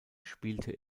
spielte